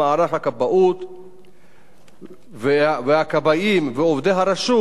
והכבאים ועובדי הרשות יקבלו מעמד של עובדי מדינה.